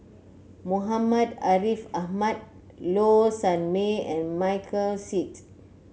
Muhammad Ariff Ahmad Low Sanmay and Michael Seet